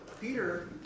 Peter